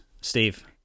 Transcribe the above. Steve